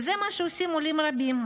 וזה מה שעושים עולים רבים,